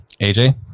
AJ